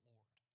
Lord